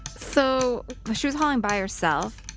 so she was hauling by herself.